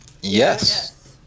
Yes